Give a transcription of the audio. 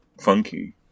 funky